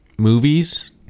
Movies